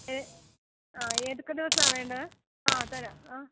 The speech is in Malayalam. ഏ ആ ഏതൊക്കെ ദിവസമാ വേണ്ടത് ആ തരാം ആ